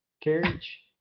carriage